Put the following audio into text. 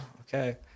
Okay